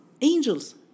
angels